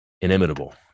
inimitable